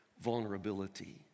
vulnerability